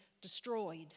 destroyed